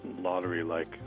lottery-like